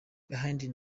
behind